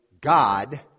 God